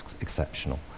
exceptional